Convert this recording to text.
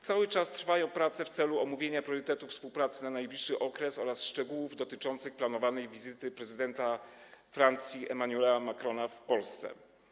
Cały czas trwają prace w celu omówienia priorytetów współpracy na najbliższy okres oraz szczegółów dotyczących planowanej wizyty prezydenta Francji Emmanuela Macrona w Polsce.